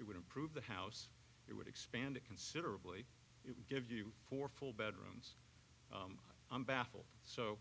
it would improve the house it would expand it considerably it would give you four full bedrooms i'm baffled so